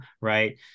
right